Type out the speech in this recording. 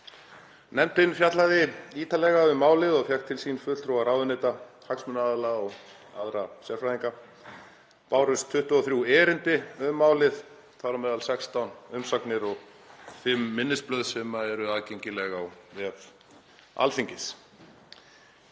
Nefndin fjallaði ítarlega um málið og fékk til sín fulltrúa ráðuneyta, hagsmunaaðila og aðra sérfræðinga. Bárust 23 erindi um málið, þar á meðal 16 umsagnir og fimm minnisblöð, sem eru aðgengileg á vef Alþingis.